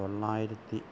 തൊള്ളായിരത്തി മുപ്പത്